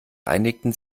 einigten